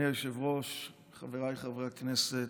אדוני היושב-ראש, חבריי חברי הכנסת,